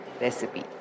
recipe